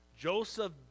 Joseph